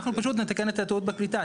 אנחנו פשוט נתקן את הטעות בקליטה.